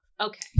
Okay